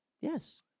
Yes